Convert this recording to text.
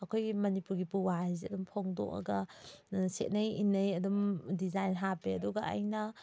ꯑꯩꯈꯣꯏꯒꯤ ꯃꯅꯤꯄꯨꯔꯒꯤ ꯄꯨꯋꯥꯔꯤꯁꯦ ꯑꯗꯨꯝ ꯐꯣꯡꯗꯣꯛꯑꯒ ꯁꯦꯠꯅꯩ ꯏꯟꯅꯩ ꯑꯗꯨꯝ ꯗꯤꯖꯥꯏꯟ ꯍꯥꯞꯄꯦ ꯑꯗꯨꯒ ꯑꯩꯅ